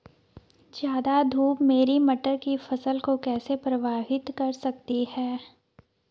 ज़्यादा धूप मेरी मटर की फसल को कैसे प्रभावित कर सकती है?